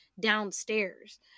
downstairs